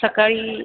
सकाळी